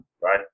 Right